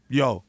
yo